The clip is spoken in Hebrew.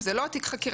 אם זה לא תיק חקירה,